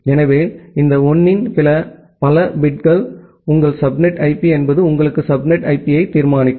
எனவே இந்த 1 இன் பல பிட்கள் உங்கள் சப்நெட் ஐபி என்பது உங்கள் சப்நெட் ஐபியை தீர்மானிக்கும்